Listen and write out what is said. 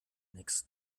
nix